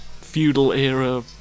feudal-era